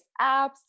apps